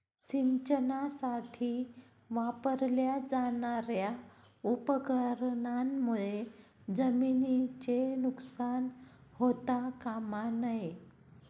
सिंचनासाठी वापरल्या जाणार्या उपकरणांमुळे जमिनीचे नुकसान होता कामा नये